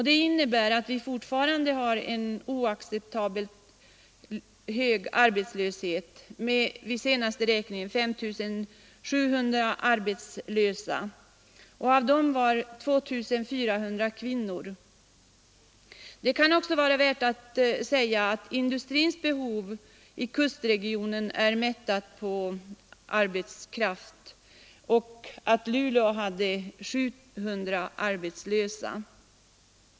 Det innebär att vi med 5 700 arbetslösa vid den senaste räkningen fortfarande har en oacceptabel arbetslöshet. Av dem var 2 400 kvinnor. Det kan också vara värt att påpeka att industrins behov av arbetskraft i kustregionen är mättat och att Luleå hade 700 arbetslösa vid den senaste räkningen.